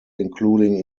including